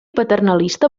paternalista